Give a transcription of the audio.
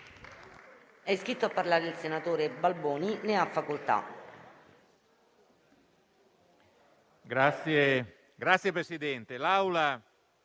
È iscritto a parlare il senatore Castiello. Ne ha facoltà.